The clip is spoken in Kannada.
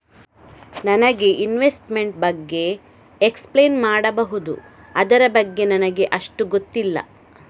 ನನಗೆ ಇನ್ವೆಸ್ಟ್ಮೆಂಟ್ ಬಗ್ಗೆ ಎಕ್ಸ್ಪ್ಲೈನ್ ಮಾಡಬಹುದು, ಅದರ ಬಗ್ಗೆ ನನಗೆ ಅಷ್ಟು ಗೊತ್ತಿಲ್ಲ?